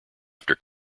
after